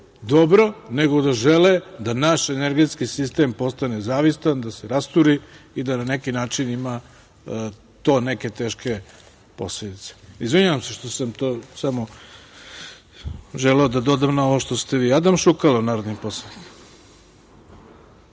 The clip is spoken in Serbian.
dobro, nego da žele da naš energetski sistem postane zavistan, da se rasturi i da na neki način ima to neke teške posledice. Izvinjavam se, samo sam želeo da dodam na ovo vaše. Reč ima narodni poslanik